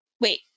wait